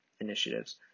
initiatives